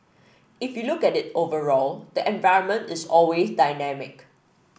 if you look at it overall the environment is always dynamic